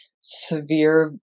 severe